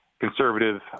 conservative